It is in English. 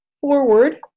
forward